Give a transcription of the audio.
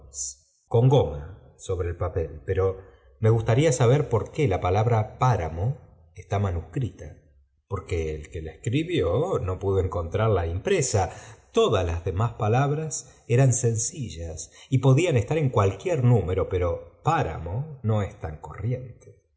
sobre el papel pero me gustaría hp saber por qué la palabra páramo está manuscrita porque el que la escribió no pudo encontrarla impresa todas la demás palabras eran sencillas y podían estar en cualquier número pero páramo no es tan comente